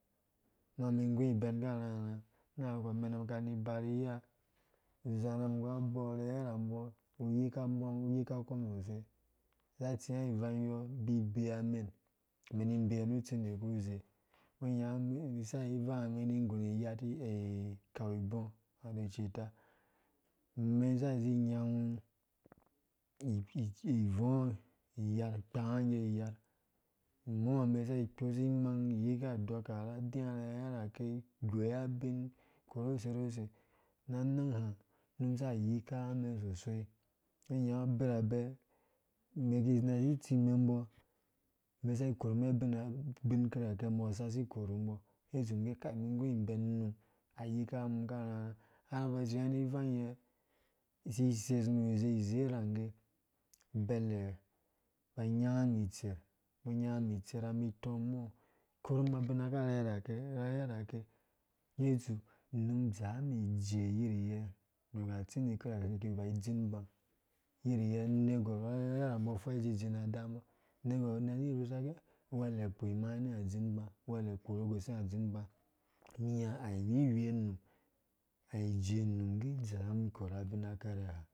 Unga mi iguibɛn karharha anangakɔ amɛna kani iba vi iya uzarha nggu abɔɔ arherherhambɔ vyikambɔmn uyikakɔ sosai, za atsia ivangyɔ ibibia umɛn umɛn ni bee wu utsindi kuze ungo inya imensa ivanga umɛn ni iyũ ni iyati kan ibɔɔ wato icita umɛn sa zi nyangu ivɔɔ iyar ikpangngge iyar umɔ umɛn a ikposi imang iyike adɔka ra adia rherherhake, igioya abin, koru seruse, ra anang ha, unum sa ayitha nga umɛn sosai, ungo abirabɛ umɛn ki nasi itsimɛn umbɔ umɛn sa ikorumɛn abina bin kirakɛ umbɔ sa si ikorumbɔ ngge itsu imum ngge kai umum iyuibɛn unum ayikanga umum karharha har unga unga ba tsiavi ivangyɛ isisesu iwu izezarangge abele ba anyanga anum itser umbɔ anyanga umum itseraumum itɔ mɔ ha ikorum abina karhe rhake rherhehake ngge itsu umum adzaa umum ijeeyiryɛ nuku atsindi kirakɛ ki ba idzin uba yiryɛ anegwar rharhe rhambɔ afɔrh idzizina admbɔ anegwar na ni irusa gɛ ah uwehe akpo imang ri inea adzi uba uwele akoru gusenga adzin uba nimi ha awuwiwe unum awu ijee num ngge idzaa unum ikora abinakɛrɛ ha